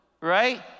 right